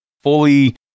Fully